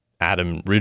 Adam